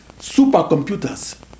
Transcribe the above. supercomputers